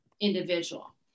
individual